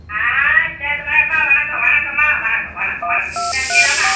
ஆ சரிம்மா எம்மா வணக்கம் வணக்கம்மா வணக்கம் வணக்கம் வணக்கம் நல்லா இருக்கீங்ளாம்மா